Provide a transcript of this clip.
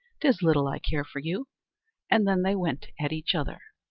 tis little i care for you and then they went at each other.